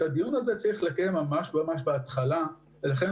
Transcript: את הדיון הזה צריך לקיים בתחילת התהליך ולכן